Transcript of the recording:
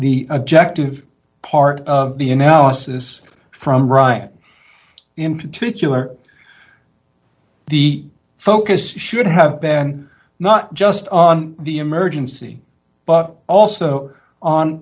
the objective part of the analysis from ryan in particular the focus should have been not just on the emergency but also on